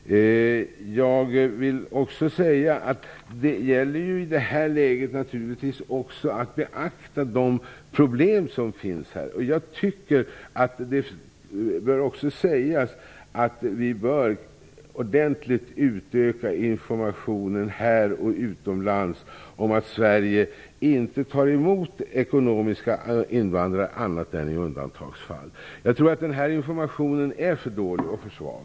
I det här läget gäller det naturligtvis också att beakta de problem som finns. Vi bör ordentligt utöka informationen, här och utomlands, om att Sverige inte tar emot ekonomiska invandrare annat än i undantagsfall. Jag tror att den informationen är för dålig och för svag.